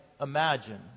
imagine